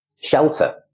shelter